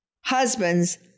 husband's